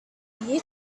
you